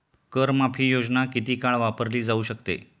कर माफी योजना किती काळ वापरली जाऊ शकते?